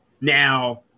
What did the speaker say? Now